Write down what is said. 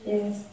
Yes